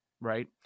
right